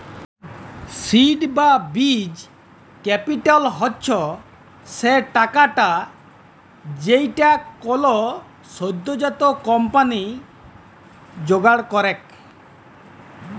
seed বা বীজ capital হচ্ছ সে টাকাটা যেইটা কোলো সদ্যজাত কম্পানি জোগাড় করেক